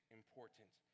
important